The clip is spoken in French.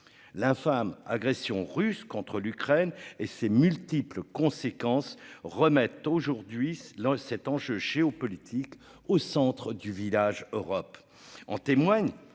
L'infâme agression russe contre l'Ukraine et ses multiples conséquences remettent aujourd'hui. Cet enjeu géopolitique au centre du village Europe.